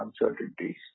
uncertainties